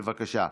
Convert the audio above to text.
בבקשה.